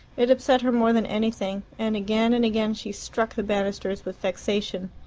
it upset her more than anything, and again and again she struck the banisters with vexation.